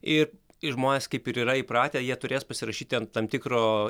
ir ir žmonės kaip ir yra įpratę jie turės pasirašyti ant tam tikro